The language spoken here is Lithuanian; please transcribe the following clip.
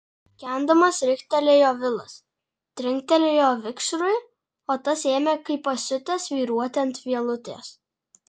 kikendamas riktelėjo vilas trinktelėjo vikšrui o tas ėmė kaip pasiutęs svyruoti ant vielutės